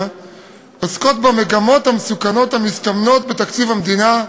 עוסקות במגמות המסוכנות המסתמנות בתקציב המדינה,